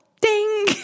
Ding